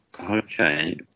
Okay